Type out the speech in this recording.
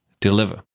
deliver